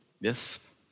Yes